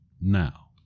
now